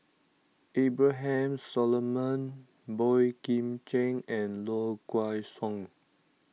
Abraham Solomon Boey Kim Cheng and Low Kway Song